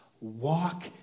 walk